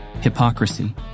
hypocrisy